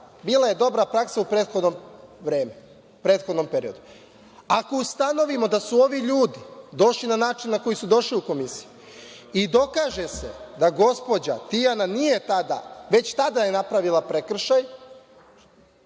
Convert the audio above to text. bila je dobra praksa u prethodnom periodu. Ako ustanovimo da su ovi ljudi došli na način na koji su došli u komisiju i dokaže se da je gospođa Tijana već tada napravila prekršaj,